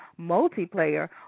multiplayer